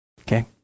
Okay